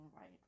right